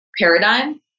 paradigm